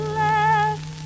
left